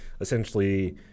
essentially